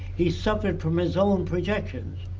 he suffered from his own projections.